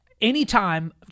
anytime